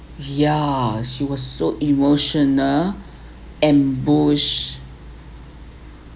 ya she was so emotional ambush